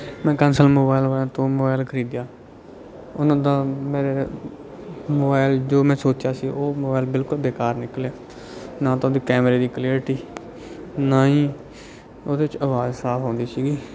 ਮੈਂ ਕੰਸਲ ਮੁਬੈਲ ਵਾਲਿਆਂ ਤੋਂ ਮੁਬੈਲ ਖਰੀਦਿਆ ਉਨ੍ਹਾਂ ਦਾ ਮੇਰੇ ਮੁਬੈਲ ਜੋ ਮੈਂ ਸੋਚਿਆ ਸੀ ਉਹ ਮੁਬੈਲ ਬਿਲਕੁਲ ਬੇਕਾਰ ਨਿਕਲਿਆ ਨਾ ਤਾਂ ਉਹਦੀ ਕੈਮਰੇ ਦੀ ਕਲੀਅਰਟੀ ਨਾ ਹੀ ਉਹਦੇ 'ਚ ਅਵਾਜ਼ ਸਾਫ਼ ਆਉਂਦੀ ਸੀਗੀ